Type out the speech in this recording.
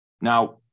Now